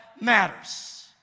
matters